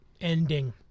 ending